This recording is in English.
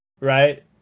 right